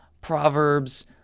Proverbs